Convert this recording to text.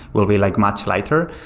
will be like much lighter.